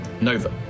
Nova